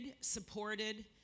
supported